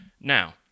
Now